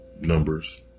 Numbers